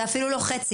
זה אפילו לא חצי.